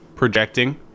projecting